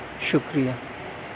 شکریہ